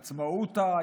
עצמאותה,